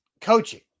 Coaching